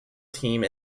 team